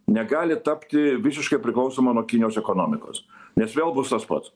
negali tapti visiškai priklausoma nuo kinijos ekonomikos nes vėl bus tas pats